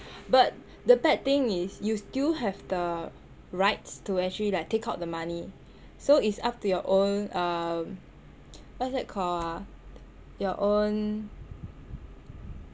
but the bad thing is you still have the rights to actually like take out the money so it's up to your own uh what's that call ah your own